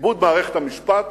כיבוד מערכת המשפט